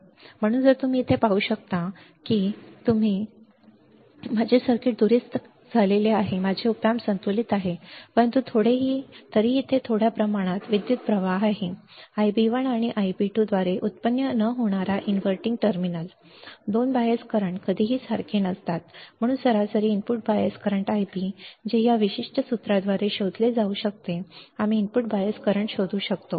म्हणून तर तुम्ही येथे पाहू शकता जर तुम्ही माझ्या योजनाबद्ध पद्धतीने दाखवल्याप्रमाणे मी माझे सर्किट दुरुस्त केले तर माझे ऑप एम्प संतुलित आहे परंतु तरीही तेथे थोड्या प्रमाणात विद्युत प्रवाह आहे Ib1 आणि Ib2 द्वारे व्युत्पन्न न होणारा आणि इनव्हर्टिंग टर्मिनल बरोबर आणि हे 2 बायस करंट्स कधीही सारखे नसतात म्हणून सरासरी इनपुट बायस करंट Ib जे या विशिष्ट सूत्राद्वारे शोधले जाऊ शकते आम्ही इनपुट बायस करंट शोधू शकतो